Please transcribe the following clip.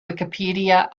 wikipedia